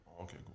Okay